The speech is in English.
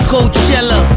Coachella